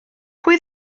pwy